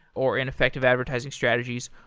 or ineffective advertising strategies.